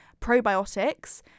probiotics